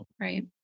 Right